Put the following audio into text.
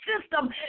system